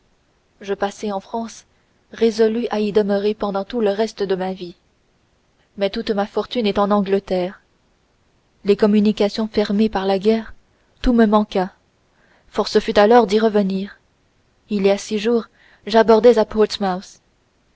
je passai en france résolue à y demeurer pendant tout le reste de ma vie mais toute ma fortune est en angleterre les communications fermées par la guerre tout me manqua force fut alors d'y revenir il y a six jours j'abordais à